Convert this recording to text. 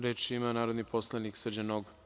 Reč ima narodni poslanik Srđan Nogo.